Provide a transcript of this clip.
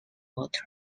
water